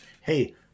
hey